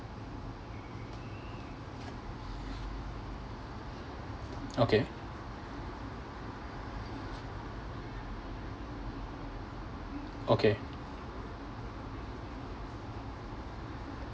okay okay